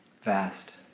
vast